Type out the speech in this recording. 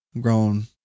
grown